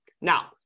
Now